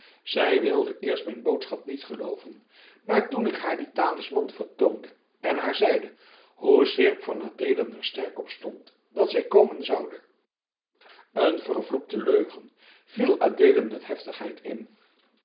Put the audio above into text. zij wilde eerst mijn boodschap niet gelooven maar toen ik haar den talisman vertoonde en haar zeide hoe seerp van adeelen er sterk op stond dat zij komen zoude een gevloekte leugen viel adeelen met heftigheid in